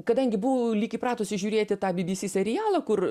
kadangi buvau lyg įpratusi žiūrėti tą bbc serialą kur